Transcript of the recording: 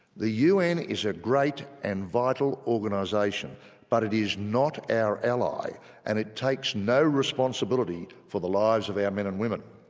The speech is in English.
the un is a great and vital organisation but it is not our ally and it takes no responsibility for the lives of our men and women.